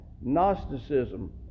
Gnosticism